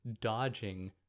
dodging